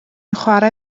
chwarae